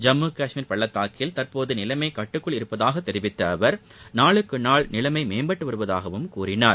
ஜம்மு கஷ்மீர் பள்ளத்தாக்கில் தற்போது நிலைமைக் கட்டுக்குள் இருப்பதாகத் தெரிவித்த அவர் நாளுக்குநாள் நிலைமை மேம்பட்டு வருவதாகவும் கூறினார்